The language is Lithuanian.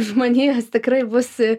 žmonija tikrai bus